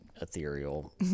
ethereal